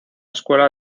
escuela